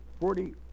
forty